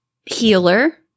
healer